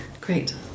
Great